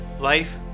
Life